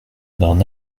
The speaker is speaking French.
d’un